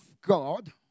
God